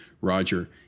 Roger